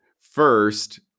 First